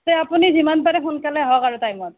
তো আপুনি যিমান পাৰে সোনকালে আহক আৰু টাইমত